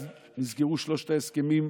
נסגרו שלושת ההסכמים,